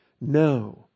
No